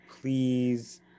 please